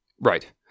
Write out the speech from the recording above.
Right